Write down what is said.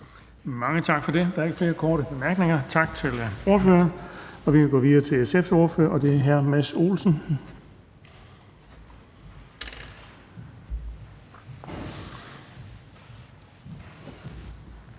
Mange tak for det. Der er ikke flere korte bemærkninger. Tak til ordføreren. Vi kan gå videre til SF's ordfører, og det er hr. Mads Olsen.